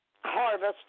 harvest